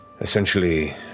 essentially